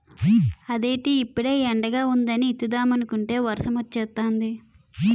అదేటి ఇప్పుడే ఎండగా వుందని విత్తుదామనుకుంటే వర్సమొచ్చేతాంది